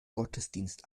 gottesdienst